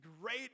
great